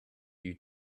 you